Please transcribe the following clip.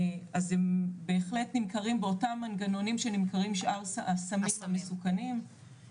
אז הם בהחלט נמכרים באותם מנגנונים שנמכרים שאר הסמים המסוכנים,